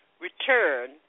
return